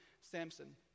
Samson